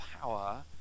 power